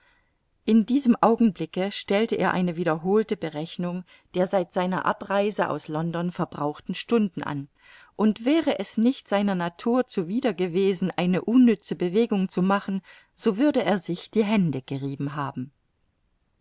in diesem augenblicke stellte er eine wiederholte berechnung der seit seiner abreise aus london verbrauchten stunden an und wäre es nicht seiner natur zuwider gewesen eine unnütze bewegung zu machen so würde er sich die hände gerieben haben